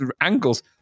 angles